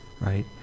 right